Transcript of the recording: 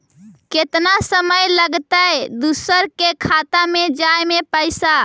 केतना समय लगतैय दुसर के खाता में जाय में पैसा?